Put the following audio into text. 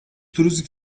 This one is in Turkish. turizm